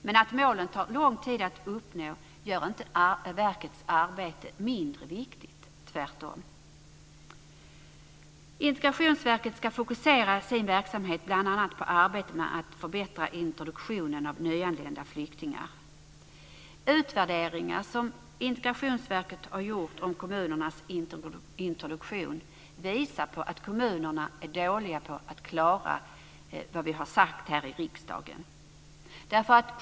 Men att målen tar lång tid att uppnå gör inte verkets arbete mindre viktigt, tvärtom. Integrationsverket ska fokusera sin verksamhet bl.a. på arbetet med att förbättra introduktionen av nyanlända flyktingar. Utvärderingar som Integrationsverket har gjort av kommunernas introduktion visar att kommunerna är dåliga på att klara det vi har sagt här i riksdagen.